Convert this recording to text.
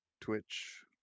Twitch